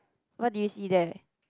what do you see there